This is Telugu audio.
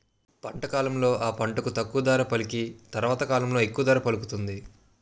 పంట కాలంలో ఆ పంటకు తక్కువ ధర పలికి తరవాత కాలంలో ఎక్కువ ధర పలుకుతుంది